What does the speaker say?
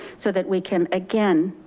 so that we can, again,